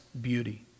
beauty